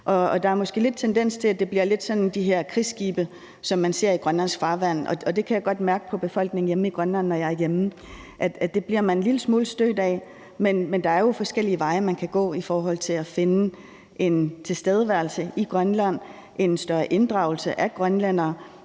der er måske lidt tendens til, at det lidt bliver sådan de her krigsskibe, som man ser i grønlandsk farvand, og det kan jeg godt mærke på befolkningen hjemme i Grønland, når jeg er hjemme, at man bliver en lille smule stødt af. Der er jo forskellige veje, man kan gå i forhold til at finde en tilstedeværelse i Grønland og få en større inddragelse af grønlænderne,